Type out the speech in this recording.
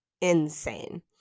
insane